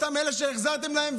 אותם אלה שהחזרתם להם,